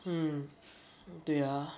hmm 对 ah